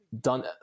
done